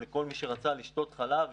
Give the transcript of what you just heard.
כל מי שרצה לשתות חלב,